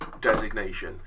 designation